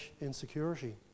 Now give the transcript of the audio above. insecurity